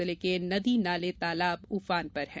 जिले के नदी नाले तालाब उफान पर हैं